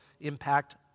impact